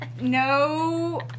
no